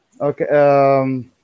Okay